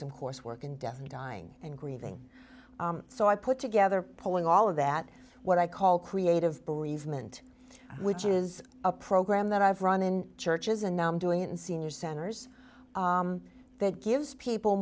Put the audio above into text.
some coursework in death and dying and grieving so i put together pulling all of that what i call creative bereavement which is a program that i've run in churches and now i'm doing it in senior centers that gives people